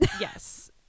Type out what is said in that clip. Yes